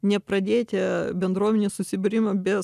nepradėti bendruomenės susibūrimo be